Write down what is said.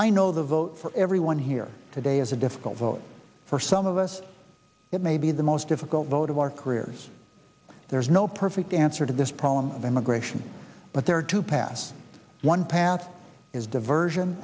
i know the vote for everyone here today is a difficult vote for some of us it may be the most difficult vote of our careers there's no perfect answer to this problem of immigration but there are two pass one path is diversion